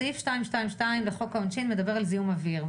סעיף 222 לחוק העונשין מדבר על זיהום אוויר,